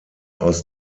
aus